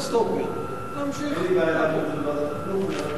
אין לי בעיה להעביר את זה לוועדת החינוך.